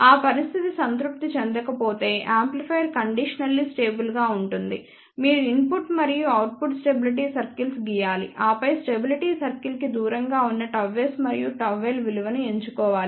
ఆ పరిస్థితి సంతృప్తి చెందకపోతే యాంప్లిఫైయర్ కండీషనల్లీ స్టేబుల్ గా ఉంటుంది మీరు ఇన్పుట్ మరియు అవుట్పుట్ స్టెబిలిటీ సర్కిల్స్ గీయాలి ఆపై స్టెబిలిటీ సర్కిల్ కి దూరంగా ఉన్న ΓS మరియు ΓL విలువను ఎంచుకోవాలి